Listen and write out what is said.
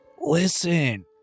Listen